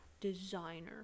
designer